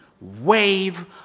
wave